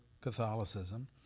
Catholicism